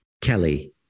Kelly